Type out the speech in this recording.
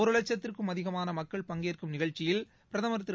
ஒரு வட்சத்திற்கும் அதிகமான மக்கள் பங்கேற்கும் நிகழ்ச்சியில் பிரதமா் திரு